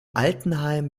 altenheim